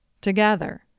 together